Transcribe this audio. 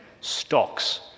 stocks